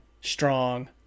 strong